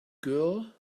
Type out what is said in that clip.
girl